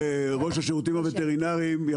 ראש השירותים הווטרינריים,